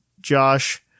Josh